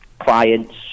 clients